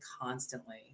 constantly